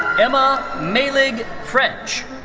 emma mehlig french,